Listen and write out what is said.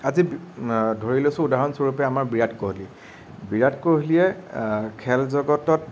আজি ধৰি লৈছো উদাহৰণস্বৰূপে আমাৰ বিৰাট কোহলি বিৰাট কোহলিয়ে খেল জগতত